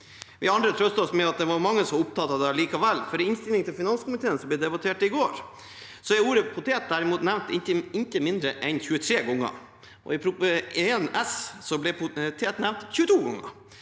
Vi andre trøster oss med at det var mange som var opptatt av det allikevel, for i innstillingen til finanskomiteen, som ble debattert i går, er ordet potet nevnt ikke mindre enn 23 ganger, og i Prop. 1 S ble potet nevnt 22 ganger.